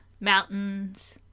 mountains